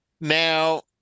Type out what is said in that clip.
Now